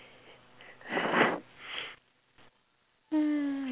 mm